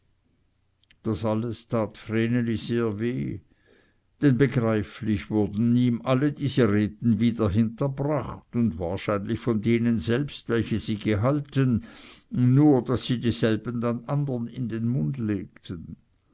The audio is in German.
das alles tat vreneli sehr weh denn begreiflich wurden ihm alle diese reden wieder hinterbracht und wahrscheinlich von denen selbst welche sie gehalten nur daß sie dieselben dann andern in den mund legten